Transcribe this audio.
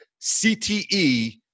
CTE